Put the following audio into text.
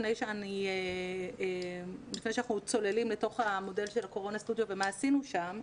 לפני שאנחנו צוללים לתוך המודל של ה"קורונה סטודיו" ומה עשינו שם: